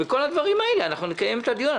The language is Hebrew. על כל הדברים האלה אנחנו נקיים דיון.